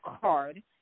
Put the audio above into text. Card